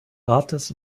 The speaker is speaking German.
rates